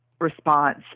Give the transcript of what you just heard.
response